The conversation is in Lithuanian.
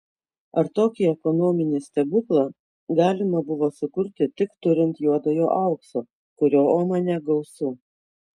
ar tokį ekonominį stebuklą galima buvo sukurti tik turint juodojo aukso kurio omane gausu